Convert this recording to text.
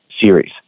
series